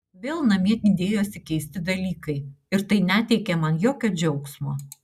vėl namie dėjosi keisti dalykai ir tai neteikė man jokio džiaugsmo